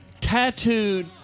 tattooed